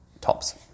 Tops